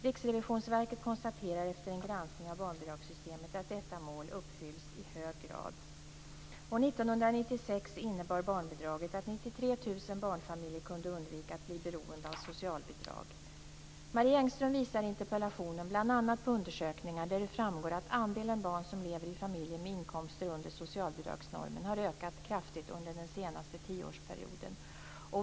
Riksrevisionsverket konstaterar efter en granskning av barnbidragssystemet att detta mål uppfylls i hög grad. Marie Engström visar i sin interpellation bl.a. på undersökningar där det framgår att andelen barn som lever i familjer med inkomster under socialbidragsnormen har ökat kraftigt under den senaste tioårsperioden.